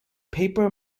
paper